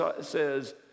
says